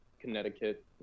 Connecticut